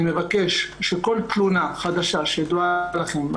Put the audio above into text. אני מבקש שכל תלונה חדשה שידועה לכם,